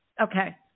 Okay